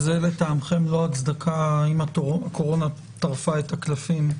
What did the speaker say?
וזה לטעמכם לא הצדקה, אם הקורונה טרפה את הקלפים,